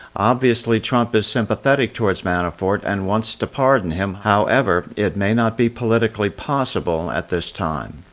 obviously, trump is sympathetic towards manafort and wants to pardon him, however, it may not be politically possible at this time.